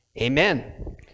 Amen